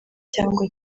cyangwa